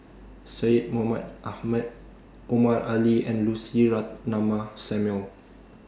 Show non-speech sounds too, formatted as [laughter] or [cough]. Syed Mohamed Ahmed Omar Ali and Lucy [unintelligible] Samuel